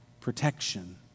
protection